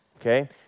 Okay